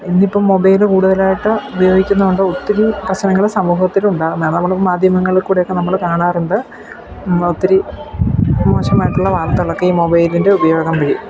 ഇന്നിപ്പം മൊബൈല് കൂടുതലായിട്ട് ഉപയോഗിക്കുന്നതുകൊണ്ട് ഒത്തിരി പ്രശ്നങ്ങൾ സമൂഹത്തിൽ ഉണ്ടാവുന്നതായാണ് നമ്മൾ മാധ്യമങ്ങളിൽ കൂടെയൊക്കെ നമ്മൾ കാണാറുണ്ട് ഒത്തിരി മോശമായിട്ടുള്ള വാർത്തകളൊക്കെ ഈ മൊബൈലിൻ്റെ ഉപയോഗം വഴി